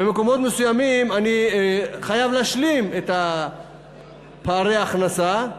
במקומות מסוימים אני חייב להשלים את פערי ההכנסה,